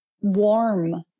warm